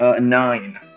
nine